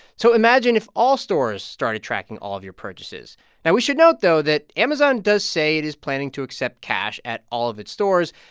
so imagine if all stores started tracking all of your purchases now, we should note, though, that amazon does say it is planning to accept cash at all of its stores.